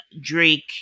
Drake